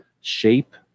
shape